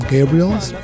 Gabriel's